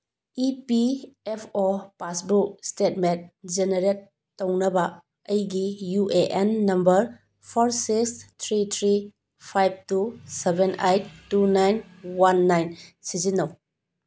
E P F O passbook statement generate ꯇꯧꯅꯕ ꯑꯩꯒꯤ U A N number four six three three five two seven eight two nine one nine ꯁꯤꯖꯤꯟꯅꯧ